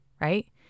Right